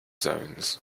zones